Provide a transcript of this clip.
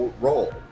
role